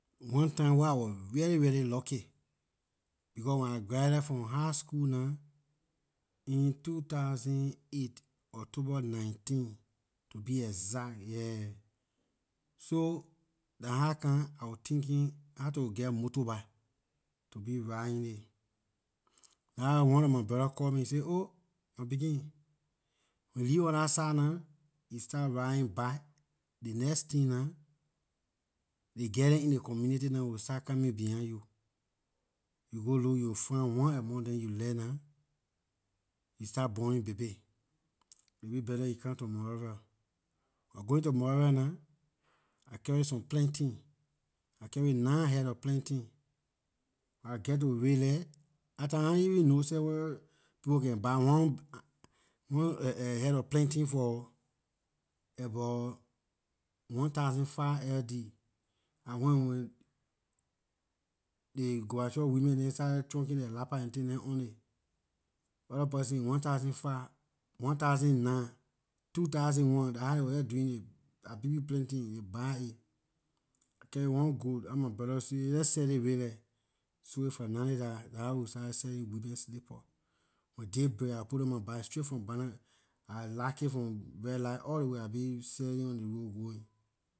One time wer I wor really really lucky becor when I graduated from high school nah in two thousand eight october 19 to be exact, yeah, so dah how come I wor thinking how to geh motorbike to be riding aay dah how one of my brother call me he say oh my pekin when you leave on dah side nah you start riding bike ley next tin nah ley girl dem in ley community nah will start coming behind you you go look you will find one among dem you like nah you start borning baby aay will be better you come to monrovia buh going to monrovia nah I carry some plantain I carry nine head lor plantain I geh to redlight dah time ahn even know seh whether people can buy one head lor plantain for about one thousand five ld I went when ley gobarchop women neh start chunking their lappa and tin dem on it ley orda person one thousand five one thousand nine two thousand one dah how they wor doing dah big big plantain ley buy it I carry one goat I and my brother say leh sell it redlight sold it for ninety dalla dah how we started selling women slippers when day break I put it on my back straight from barner I lock it from redlight all ley way I be selling on ley road going